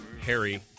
Harry